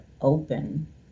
open